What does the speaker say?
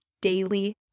daily